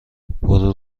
برو